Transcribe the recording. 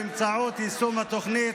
באמצעות יישום התוכנית,